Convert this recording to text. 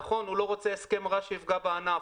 נכון, הוא לא רוצה הסכם רע שיפגע בענף.